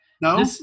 No